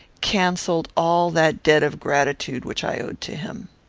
cancelled all that debt of gratitude which i owed to him.